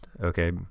okay